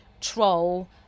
troll